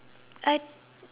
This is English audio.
I